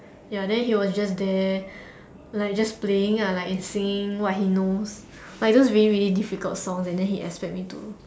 then he was just there like just playing ah like singing what he knows like those really really difficult songs and then he expect me to